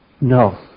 No